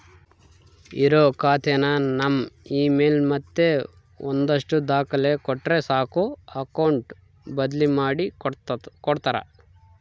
ಇರೋ ಖಾತೆನ ನಮ್ ಇಮೇಲ್ ಮತ್ತೆ ಒಂದಷ್ಟು ದಾಖಲೆ ಕೊಟ್ರೆ ಸಾಕು ಅಕೌಟ್ ಬದ್ಲಿ ಮಾಡಿ ಕೊಡ್ತಾರ